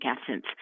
absence